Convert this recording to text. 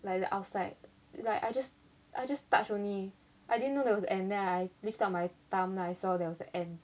like the outside like I just I just touch only I didn't know there was a ant then I lift up my thumb then I saw nice there was an ant